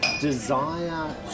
desire